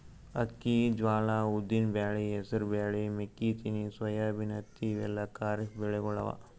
ಅಕ್ಕಿ, ಜ್ವಾಳಾ, ಉದ್ದಿನ್ ಬ್ಯಾಳಿ, ಹೆಸರ್ ಬ್ಯಾಳಿ, ಮೆಕ್ಕಿತೆನಿ, ಸೋಯಾಬೀನ್, ಹತ್ತಿ ಇವೆಲ್ಲ ಖರೀಫ್ ಬೆಳಿಗೊಳ್ ಅವಾ